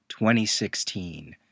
2016